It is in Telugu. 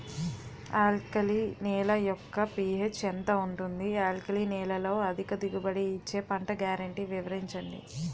ఆల్కలి నేల యెక్క పీ.హెచ్ ఎంత ఉంటుంది? ఆల్కలి నేలలో అధిక దిగుబడి ఇచ్చే పంట గ్యారంటీ వివరించండి?